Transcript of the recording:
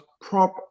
prop